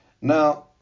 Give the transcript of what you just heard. Now